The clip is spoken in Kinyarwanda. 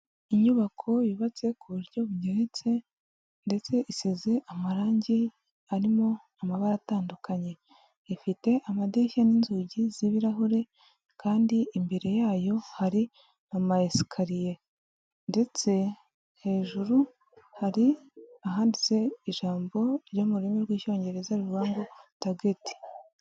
Inyubako yubatse ku buryo bugeretse ndetse isize amarangi arimo amabara atandukanye, ifite amadirishya n'inzugi z'ibirahure kandi imbere yayo hari amasikariye, ndetse hejuru hari ahanditse ijambo ryo mu rurimi rw'icyongereza ruvuga ngo tageti.